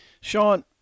Sean